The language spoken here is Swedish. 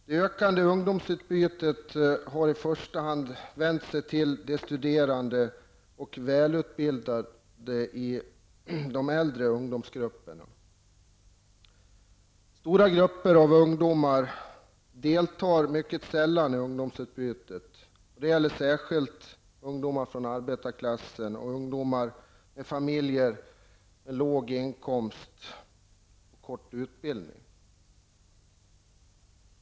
Det ökande ungdomsutbytet har i första hand vänt sig till studerande och välutbildade i de äldre ungdomsgrupperna. Stora grupper av ungdomar deltar mycket sällan i ungdomsutbytet. Det gäller särskilt ungdomar från arbetarklassen och ungdomar från familjer med låg inkomst och kort utbildning.